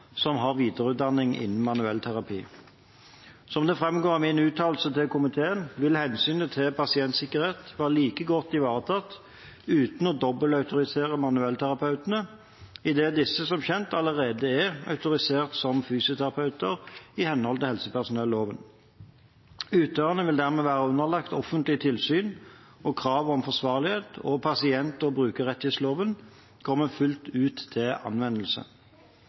som har videreutdanning innen manuellterapi. Som det framgår av min uttalelse til komiteen, vil hensynet til pasientsikkerhet være like godt ivaretatt uten å dobbeltautorisere manuellterapeutene, idet disse som kjent allerede er autorisert som fysioterapeuter i henhold til helsepersonelloven. Utøverne vil dermed være underlagt offentlig tilsyn og krav om forsvarlighet, og pasient- og brukerrettighetsloven kommer fullt ut til anvendelse.